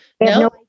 No